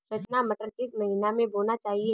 रचना मटर किस महीना में बोना चाहिए?